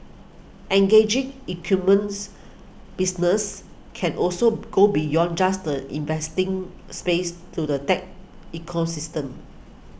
engaging businesses can also go beyond just the investing space to the tech ecosystem